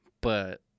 But-